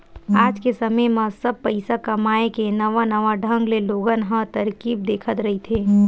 आज के समे म सब पइसा कमाए के नवा नवा ढंग ले लोगन ह तरकीब देखत रहिथे